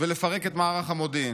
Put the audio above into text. ולפרק את מערך המודיעין.